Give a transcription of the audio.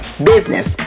business